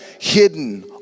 hidden